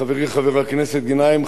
חברי חבר הכנסת גנאים,